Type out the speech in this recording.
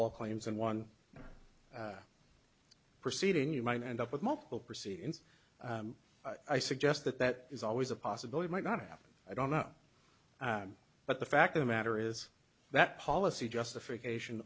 all claims in one proceeding you might end up with multiple proceedings i suggest that that is always a possibility might not happen i don't know but the fact of the matter is that policy justification